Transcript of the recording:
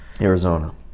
Arizona